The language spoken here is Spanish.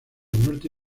norte